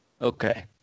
Okay